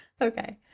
Okay